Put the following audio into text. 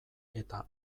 eta